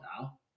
now